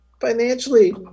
financially –